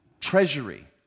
treasury